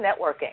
networking